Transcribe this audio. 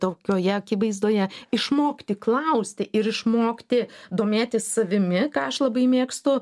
tokioje akivaizdoje išmokti klausti ir išmokti domėtis savimi ką aš labai mėgstu